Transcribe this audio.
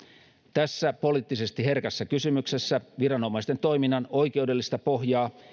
tässä poliittisesti herkässä kysymyksessä viranomaisten toiminnan oikeudellista pohjaa